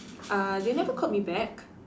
uh they never called me back